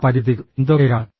ആ പരിമിതികൾ എന്തൊക്കെയാണ്